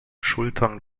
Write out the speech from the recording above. schultern